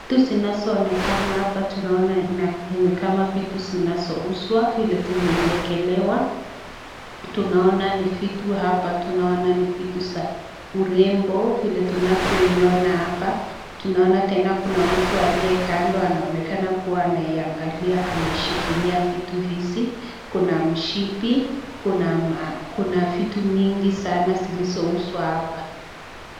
Vitu zinazo onekana hapa tunaona ni kama vitu zinazo uzwa vile zimeiekelewa. Tunaona ni vitu hapa. Tunaona ni vitu za urembo vile tunavyoiona hapa. Tunaona hapa kuna mtu aliyekando anaonekana kua anaiangalia ameshikilia vitu hizi. Kuna mshipi, kuna vitu mingi sanaa zilizo uzwa hapa.